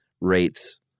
rates